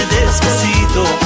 Despacito